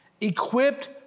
equipped